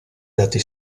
dati